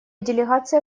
делегация